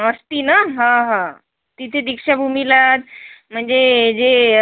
अस्थी ना हां हां तिथे दीक्षाभूमीला म्हणजे जे